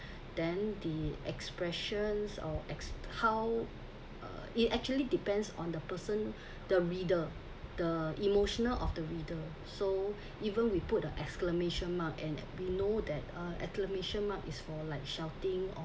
then the expressions or ex~ how uh it actually depends on the person the reader the emotional of the reader so even we put a exclamation mark and we know that a exclamation mark is for like shouting or